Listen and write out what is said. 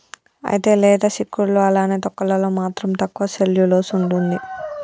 అయితే లేత సిక్కుడులో అలానే తొక్కలలో మాత్రం తక్కువ సెల్యులోస్ ఉంటుంది